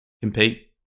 compete